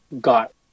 got